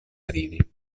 ridi